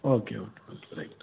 okay okay okay right